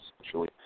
essentially